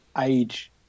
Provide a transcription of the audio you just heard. age